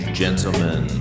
gentlemen